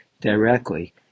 directly